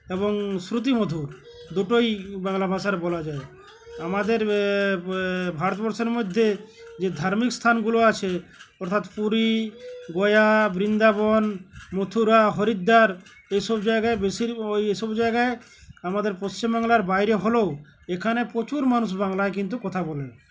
এবং শ্রুতিমধুর দুটোই বাংলা ভাষার বলা যায় আমাদের ভারতবর্ষের মধ্যে যে ধার্মিক স্থানগুলো আছে অর্থাৎ পুরী গয়া বৃন্দাবন মথুরা হরিদ্বার এইসব জায়গায় বেশির ওই এইসব জায়গায় আমাদের পশ্চিমবাংলার বাইরে হলেও এখানে প্রচুর মানুষ বাংলায় কিন্তু কথা বলে